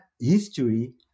history